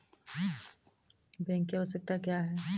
Bank की आवश्यकता क्या हैं?